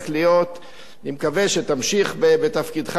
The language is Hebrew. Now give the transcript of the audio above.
אני מקווה שתמשיך בתפקידך כשר האוצר,